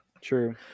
true